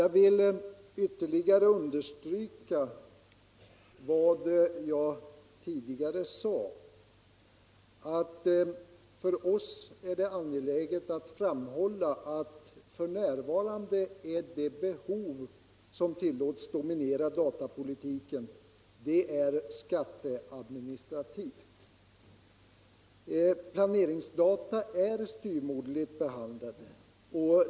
Jag vill ytterligare understryka vad jag tidigare sade. För oss är det angeläget att framhålla att f. n. är det behov som tillåts dominera datapolitiken skatteadministrativt. Planeringsdata är styvmoderligt behandlade.